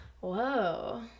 Whoa